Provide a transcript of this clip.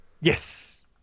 Yes